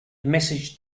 message